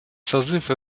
созыв